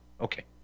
okay